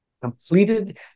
completed